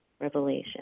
revelation